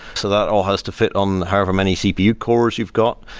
so that all has to fit on however many cpu cores you've got.